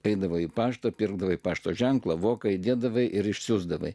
eidavo į paštą pirkdavai pašto ženklą voką įdėdavai ir išsiųsdavai